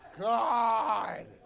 God